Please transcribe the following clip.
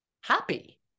happy